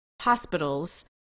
hospitals